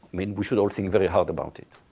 i mean we should all think very hard about it.